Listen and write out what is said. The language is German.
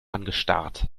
angestarrt